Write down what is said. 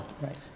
Right